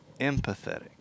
empathetic